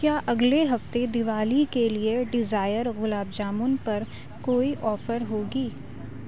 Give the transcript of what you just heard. کیا اگلے ہفتے دیوالی کے لیے ڈیزائر گلاب جامن پر کوئی آفر ہوگی